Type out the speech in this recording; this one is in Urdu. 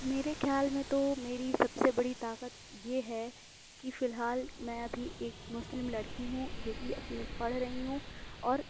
میرے خیال میں تو میری سب سے بڑی طاقت یہ ہے کہ فی الحال میں ابھی ایک مسلم لڑکی ہوں جو کہ اپنے پڑھ رہی ہوں اور